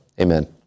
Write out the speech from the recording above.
Amen